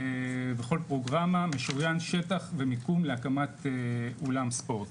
בכל פרוגרמה משוריין שטח ומיקום להקמת אולם ספורט.